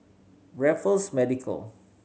Raffles Medical